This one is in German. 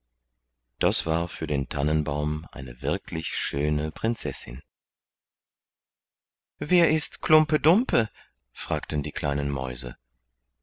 das war für den tannenbaum eine wirkliche schöne prinzessin wer ist klumpe dumpe fragten die kleinen mäuse